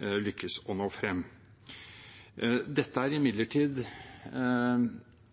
lykkes å nå frem. Dette er imidlertid